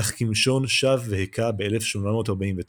אך הכימשון שב והכה ב-1849,